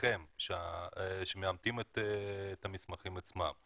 שמאמת את המסמכים עצמם.